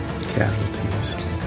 Casualties